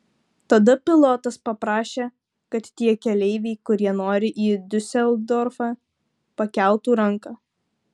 tada pilotas paprašė kad tie keleiviai kurie nori į diuseldorfą pakeltų ranką